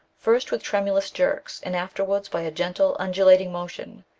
first with tremulous jerks, and afterwards by a gentle undulating motion,